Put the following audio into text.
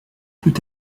peut